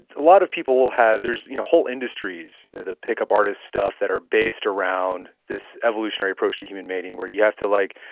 a lot of people will have, there's whole industries, the pickup artist stuff that are based around this evolutionary approach to human mating where you have to like,